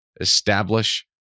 Establish